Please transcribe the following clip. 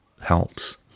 helps